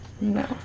No